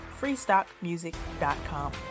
freestockmusic.com